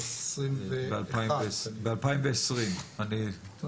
24% ב-2020, אז